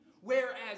Whereas